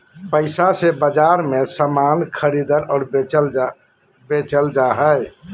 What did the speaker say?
पैसा से बाजार मे समान खरीदल और बेचल जा हय